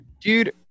Dude